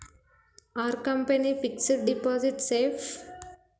Are company fixed deposit safe?